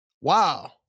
Wow